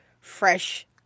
fresh